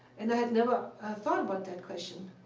and i had never thought about that question.